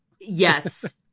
yes